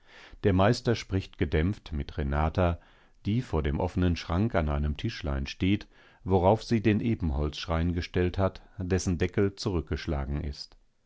der meister spricht gedämpft mit renata die vor dem offenen schrank an einem tischlein steht worauf sie den ebenholzschrein gestellt hat dessen deckel zurückgeschlagen ist